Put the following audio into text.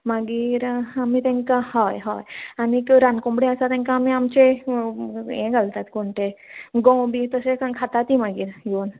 मागीर आमी तेंकां हय हय आनीक रानकोंबडे आसा तेंकां आमी आमचें हें घालतात कोण तें गोंव बी तशेंच खातात तीं मागीर येवन